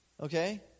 Okay